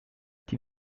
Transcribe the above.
die